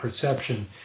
perception